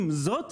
עם זאת,